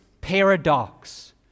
paradox